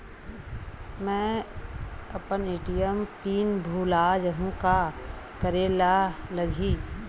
मैं अपन ATM pin भुला जहु का करे ला लगही?